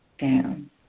down